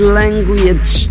language